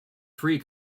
free